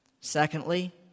Secondly